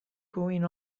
going